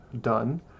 done